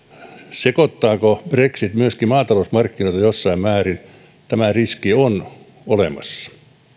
sekoittaako brexit myöskin maatalousmarkkinoita jossain määrin tämä riski on olemassa